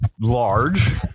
large